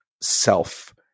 self